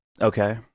okay